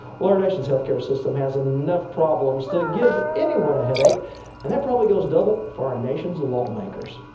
well our nation's health care system has enough problems to give anyone a headache and, that probably goes double for our nation's lawmakers.